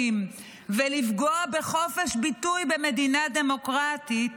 ולפגוע בחופש ביטוי במדינה דמוקרטית